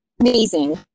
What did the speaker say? amazing